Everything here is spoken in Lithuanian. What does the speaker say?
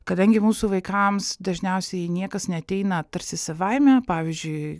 kadangi mūsų vaikams dažniausiai niekas neateina tarsi savaime pavyzdžiui